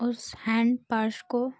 उस हैंड प्रश को